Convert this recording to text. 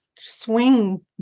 swing